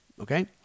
okay